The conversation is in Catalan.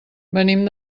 venim